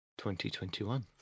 2021